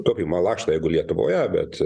taupymo lakštai jeigu lietuvoje bet